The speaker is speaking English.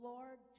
Lord